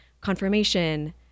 Confirmation